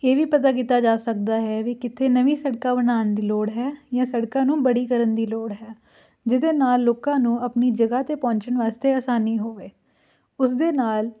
ਇਹ ਵੀ ਪਤਾ ਕੀਤਾ ਜਾ ਸਕਦਾ ਹੈ ਵੀ ਕਿੱਥੇ ਨਵੀਂ ਸੜਕਾਂ ਬਣਾਉਣ ਦੀ ਲੋੜ ਹੈ ਜਾਂ ਸੜਕਾਂ ਨੂੰ ਬੜੀ ਕਰਨ ਦੀ ਲੋੜ ਹੈ ਜਿਹਦੇ ਨਾਲ ਲੋਕਾਂ ਨੂੰ ਆਪਣੀ ਜਗ੍ਹਾ 'ਤੇ ਪਹੁੰਚਣ ਵਾਸਤੇ ਆਸਾਨੀ ਹੋਵੇ ਉਸਦੇ ਨਾਲ